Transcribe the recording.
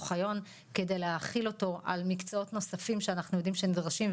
אוחיון כדי להכיל אותו על מקצועות נוספים שאנחנו יודעים שנדרשים,